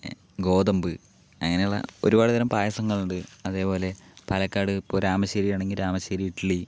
ഗോതമ്പ് അങ്ങനെയുള്ള ഒരുപാട് തരം പായസങ്ങൾ ഉണ്ട് അതേപോലെ പാലക്കാട് ഇപ്പോൾ രാമശ്ശേരി ആണെങ്കിൽ രാമശ്ശേരി ഇഡ്ഡലി